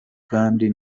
kandi